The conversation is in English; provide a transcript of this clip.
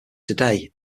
today